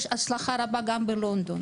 יש הצלחה רבה גם בלונדון.